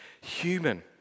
human